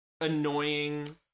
annoying